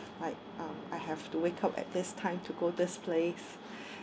I um I have to wake up at this time to go this place